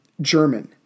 German